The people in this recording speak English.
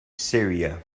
syria